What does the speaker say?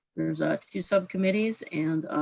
there's a two sub committees, and,